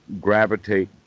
gravitate